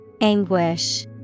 Anguish